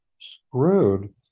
screwed